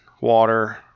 water